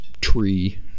tree